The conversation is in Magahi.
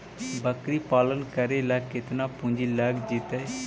बकरी पालन करे ल केतना पुंजी लग जितै?